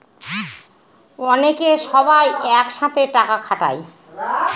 অনেকে সবাই এক সাথে টাকা খাটায়